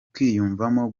kwiyumvamo